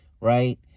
right